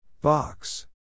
Box